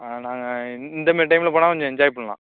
நாங்கள் இந்தமாரி டைமில் போனா கொஞ்சம் என்ஜாய் பண்ணலாம்